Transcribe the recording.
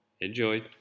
Enjoy